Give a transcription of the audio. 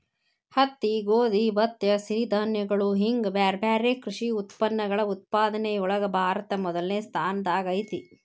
ಹತ್ತಿ, ಗೋಧಿ, ಭತ್ತ, ಸಿರಿಧಾನ್ಯಗಳು ಹಿಂಗ್ ಬ್ಯಾರ್ಬ್ಯಾರೇ ಕೃಷಿ ಉತ್ಪನ್ನಗಳ ಉತ್ಪಾದನೆಯೊಳಗ ಭಾರತ ಮೊದಲ್ನೇ ಸ್ಥಾನದಾಗ ಐತಿ